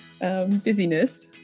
busyness